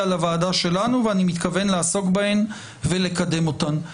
לוועדה שלנו ואני מתכוון לעסוק בהן ולקדם אותן.